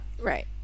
right